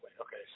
Okay